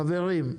חברים,